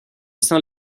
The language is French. saint